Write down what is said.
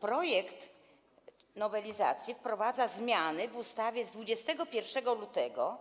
Projekt nowelizacji wprowadza zmiany w ustawie z 21 lutego,